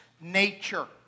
nature